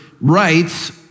writes